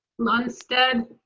lunstead.